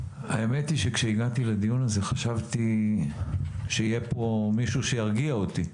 האמת היא שכשהגעתי לדיון הזה חשבתי שיהיה פה מישהו שירגיע אותי,